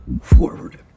forward